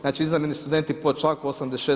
Znači izvanredni studenti po članku 86.